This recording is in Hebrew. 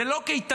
זאת לא קייטנה.